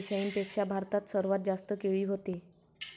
बाकीच्या देशाइंपेक्षा भारतात सर्वात जास्त केळी व्हते